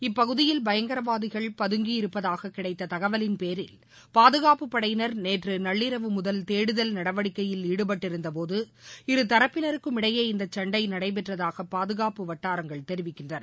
இப்பகுதியில் பயங்கரவாதிகள் பதுங்கியிருப்பதாக கிடைத்த தகவலின்பேரில் பாதுகாப்புப் படையினா் நேற்று நள்ளிரவு முதல் தேடுதல் நடவடிக்கையில் ஈடுபட்டிருந்தபோது இருதரப்பினருக்கும் இடையே இந்த சண்டை நடைபெற்றதாக பாதுகாப்பு வட்டாரங்கள் தெரிவிக்கின்றன